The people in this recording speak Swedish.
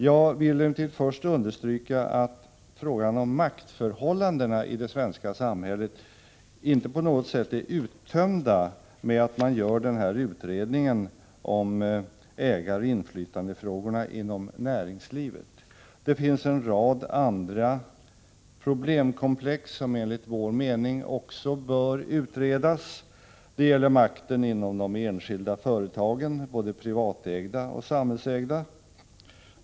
Jag vill först understryka att frågan om maktförhållandena i det svenska samhället inte på något sätt är uttömda i och med att man gör denna utredning om ägaroch inflytandefrågorna inom näringslivet. Det finns en rad andra problemkomplex, som enligt vår mening också bör utredas. Det gäller makten inom de enskilda företagen, både privatägda och samhällsägda.